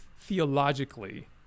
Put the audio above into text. theologically